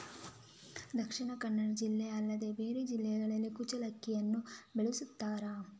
ದಕ್ಷಿಣ ಕನ್ನಡ ಜಿಲ್ಲೆ ಅಲ್ಲದೆ ಬೇರೆ ಜಿಲ್ಲೆಗಳಲ್ಲಿ ಕುಚ್ಚಲಕ್ಕಿಯನ್ನು ಬೆಳೆಸುತ್ತಾರಾ?